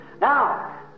Now